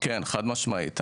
כן, חד-משמעית.